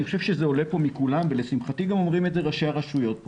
זה עולה פה מכולם ולשמחתי גם אומרים את זה ראשי הרשויות: